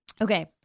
Okay